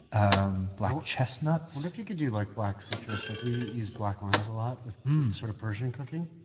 um black chestnuts what if you could do like black citrus? like we use black limes a lot with sort of persian and cooking,